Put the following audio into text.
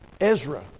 Ezra